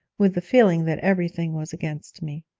with the feeling that everything was against me.